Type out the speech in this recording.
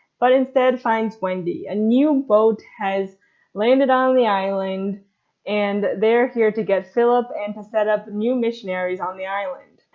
but instead finds wendy. a new boat has landed on the island and they're here to get philip and to set up new missionaries on the island.